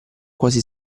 quasi